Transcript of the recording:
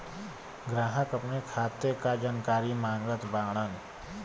ग्राहक अपने खाते का जानकारी मागत बाणन?